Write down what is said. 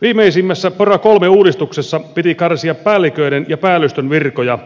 viimeisimmässä pora iii uudistuksessa piti karsia päälliköiden ja päällystön virkoja